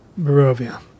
Barovia